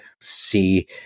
see